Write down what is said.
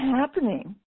happening